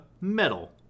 metal